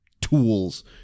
tools